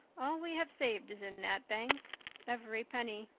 all we have saved is in that bank every penny.